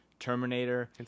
Terminator